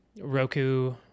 Roku